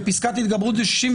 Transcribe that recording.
ופסקת התגברות זה 61,